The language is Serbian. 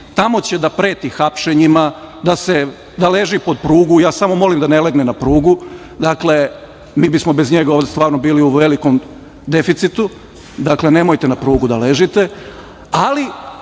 tamo će da preti hapšenjima, da leže pod prugu. Ja samo molim da ne legne pod prugu. Dakle, mi bismo bez njega ovde stvarno bili u velikom deficitu. Dakle, nemojte na prugu da ležete. Ali,